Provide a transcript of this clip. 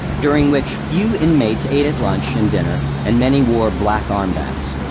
during which few inmates ate at lunch and dinner and many wore black armbands.